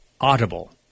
Audible